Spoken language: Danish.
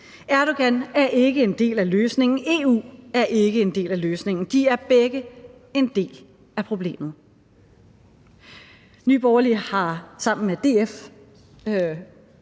Erdogan er ikke en del af løsningen, EU er ikke en del af løsningen, for de er begge en del af problemet.